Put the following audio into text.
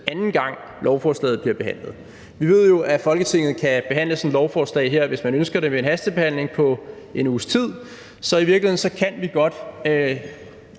anden gang lovforslaget bliver behandlet. Vi ved jo, at Folketinget kan behandle sådan et lovforslag her ved en hastebehandling på en uges tid, hvis man ønsker det, så i virkeligheden kan vi godt